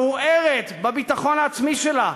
מעורערת בביטחון העצמי שלה.